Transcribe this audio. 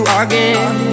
again